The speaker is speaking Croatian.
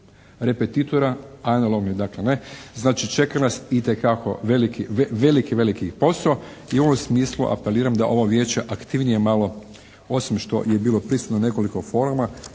repetitora, analognih dakle ne, znači čeka nas itekako veliki, veliki posao i u ovom smislu apeliram da ovo Vijeće aktivnije malo osim što je bilo prisutno nekoliko foruma